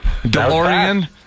DeLorean